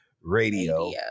radio